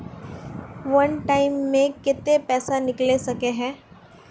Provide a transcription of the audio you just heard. वन time मैं केते पैसा निकले सके है?